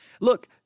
Look